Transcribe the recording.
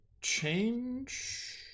change